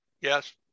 yes